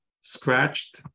scratched